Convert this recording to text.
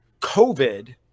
COVID